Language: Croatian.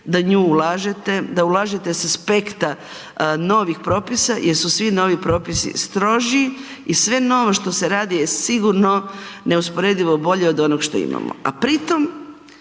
da u nju ulažete, da ulažete sa aspekta novih propisa jer su svi novi propisi stroži i sve novo što se radi je sigurno neusporedivo bolje od onog što imamo.